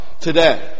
today